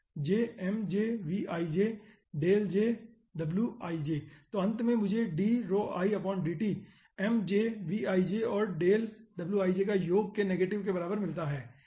तो अंत में मुझे और का योग के नेगेटिव के बराबर मिलता है ठीक है